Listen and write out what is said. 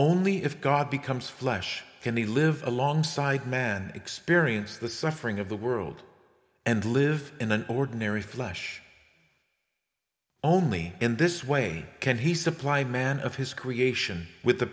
only if god becomes flesh in the live alongside men experience the suffering of the world and live in an ordinary flesh only in this way can he supply man of his creation with the